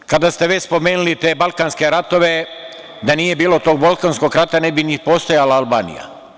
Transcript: U ostalom, kada ste već spomenuli te Balkanske ratove, da nije bilo tog Balkanskog rata ne bi ni postajala Albanija.